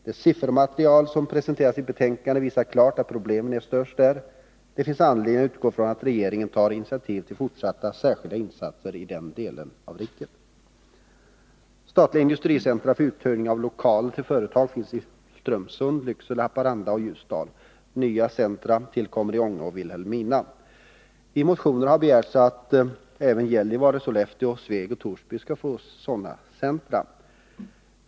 Det siffermaterial som presenteras i betänkandet visar klart att problemen är störst där. Det finns anledning utgå från att regeringen tar initiativ till fortsatta särskilda insatser i den delen av riket. Statliga industricentra för uthyrning av lokaler till företag finns i Strömsund, Lycksele, Haparanda och Ljusdal. Nya centra tillkommer i Ånge och Vilhelmina. I motioner har begärts att även Gällivare, Sollefteå, Sveg och Torsby skall få sådana centra.